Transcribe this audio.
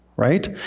right